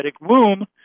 womb